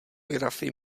grafy